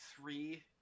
three